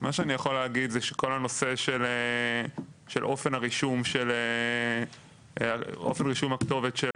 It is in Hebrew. מה שאני יכול להגיד זה שכל הנושא של אופן רישום הכתובת של